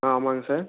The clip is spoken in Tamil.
ஆ ஆமாங்க சார்